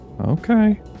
Okay